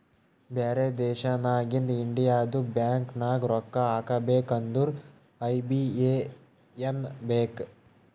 ಬ್ಯಾರೆ ದೇಶನಾಗಿಂದ್ ಇಂಡಿಯದು ಬ್ಯಾಂಕ್ ನಾಗ್ ರೊಕ್ಕಾ ಹಾಕಬೇಕ್ ಅಂದುರ್ ಐ.ಬಿ.ಎ.ಎನ್ ಬೇಕ್